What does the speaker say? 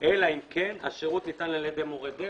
אלא אם כן השירות ניתן על ידי מורה דרך,